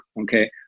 Okay